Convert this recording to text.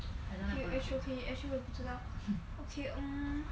okay okay actually 我也不知道 okay um